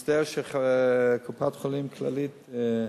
אני מצטער שקופת-חולים "כללית"